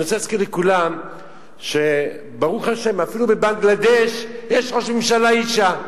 אני רוצה להזכיר לכולם שברוך השם אפילו בבנגלדש יש ראש ממשלה אשה.